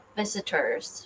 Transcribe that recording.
visitors